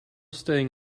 staying